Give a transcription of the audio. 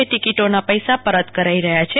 એ ટિકિટોના પૈસા પરત કરાઈ રહ્યા છે